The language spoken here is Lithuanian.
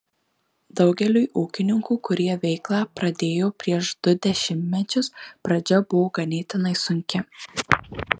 daugeliui ūkininkų kurie veiklą pradėjo prieš du dešimtmečius pradžia buvo ganėtinai sunki